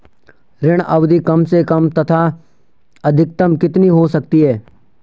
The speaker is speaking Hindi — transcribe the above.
ऋण अवधि कम से कम तथा अधिकतम कितनी हो सकती है?